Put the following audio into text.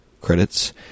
credits